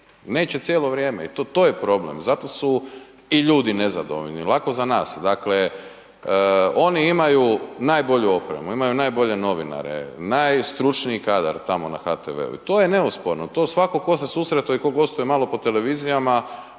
neće cijelo vrijeme i to je problem zato su i ljudi nezadovoljni, lako za nas. Dakle oni imaju najbolju opremu, imaju najbolje novinare, najstručniji kadar tamo na HTV-u i to je neosporno, to svako ko se susretao i ko gostuje malo po televizijama